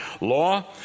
law